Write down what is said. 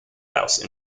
house